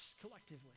collectively